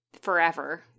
forever